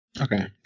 Okay